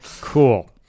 cool